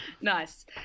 Nice